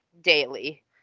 daily